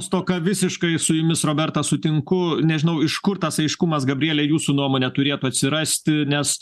stoka visiškai su jumis roberta sutinku nežinau iš kur tas aiškumas gabriele jūsų nuomone turėtų atsirasti nes